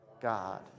God